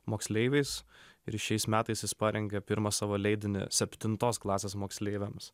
moksleiviais ir šiais metais jis parengė pirmą savo leidinį septintos klasės moksleiviams